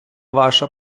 ваша